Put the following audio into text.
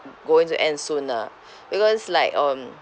going to end soon ah because like um